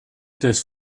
des